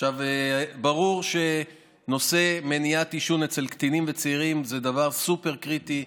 ברור שנושא מניעת עישון אצל קטינים וצעירים זה דבר סופר-קריטי.